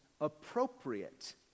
appropriate